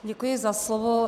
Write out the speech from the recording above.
Děkuji za slovo.